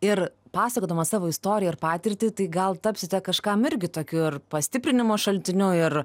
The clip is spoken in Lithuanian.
ir pasakodamas savo istoriją ir patirtį tai gal tapsite kažkam irgi tokiu ir pastiprinimo šaltiniu ir